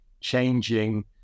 changing